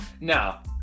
Now